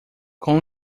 com